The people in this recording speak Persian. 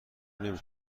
نمی